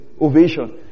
Ovation